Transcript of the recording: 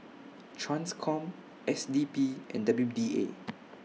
TRANSCOM S D P and W D A